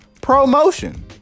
ProMotion